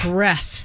Breath